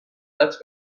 لعنت